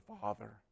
Father